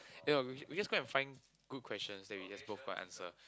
eh no we we just go and find good questions then we just both go and answer